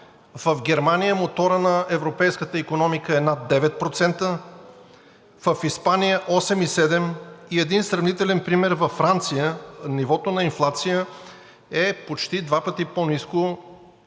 В Германия, моторът на европейската икономика, е над 9%, в Испания – 8,7. И един сравнителен пример. Във Франция нивото на инфлация е почти два пъти по-ниско,